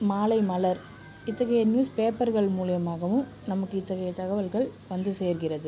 மாலைமலர் இத்தகைய நியூஸ் பேப்பர்கள் மூலிமாகவும் நமக்கு இத்தகைய தகவல்கள் வந்து சேர்கிறது